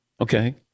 Okay